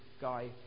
guy